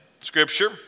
scripture